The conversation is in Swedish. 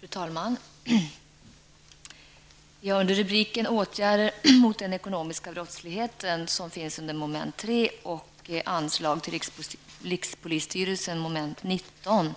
Fru talman! När det gäller frågorna under rubrikerna Åtgärder mot den ekonomiska brottsligheten, som finns under mom. 3, och Anslag till rikspolisstyrelsen, mom, 19,